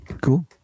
Cool